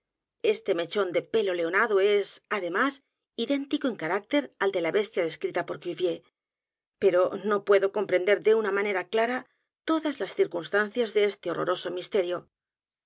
este mechón de pelo leonado es además idéntico en carácter al de la bestia descrita por cuvier pero no puedo comprender de una manera clara todas las circunstancias de este horroroso misterio